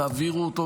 תעבירו אותו,